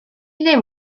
ddim